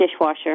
dishwasher